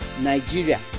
Nigeria